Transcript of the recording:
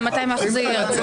אפשר להגיד: "תלך", אני אלך.